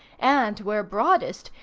and, where broadest,